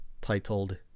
titled